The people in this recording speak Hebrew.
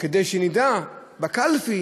כדי שנדע בקלפי